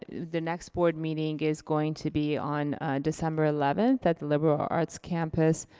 the next board meeting is going to be on december eleventh at the liberal arts campus,